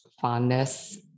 fondness